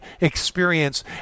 experience